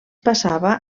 passava